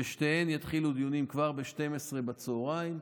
ששתיהן יתחילו דיונים כבר ב-12:00 בצוהריים.